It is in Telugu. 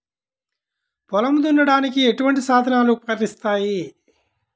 పొలం దున్నడానికి ఎటువంటి సాధనలు ఉపకరిస్తాయి?